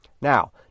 Now